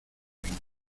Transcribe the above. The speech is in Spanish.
tren